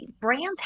brands